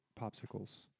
popsicles